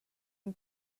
and